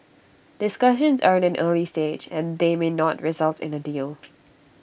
discussions are at an early stage and they may not result in A deal